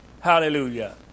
Hallelujah